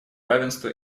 равенство